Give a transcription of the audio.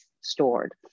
stored